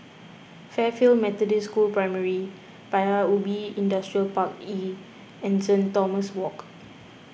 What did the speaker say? Fairfield Methodist School Primary Paya Ubi Industrial Park E and Saint Thomas Walk